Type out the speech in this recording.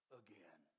again